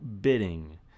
bidding